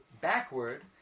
backward